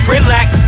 Relax